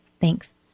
Thanks